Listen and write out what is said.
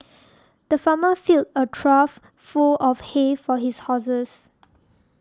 the farmer filled a trough full of hay for his horses